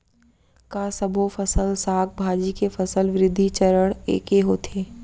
का सबो फसल, साग भाजी के फसल वृद्धि चरण ऐके होथे?